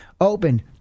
Open